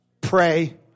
pray